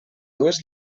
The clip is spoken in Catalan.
dues